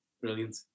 Brilliant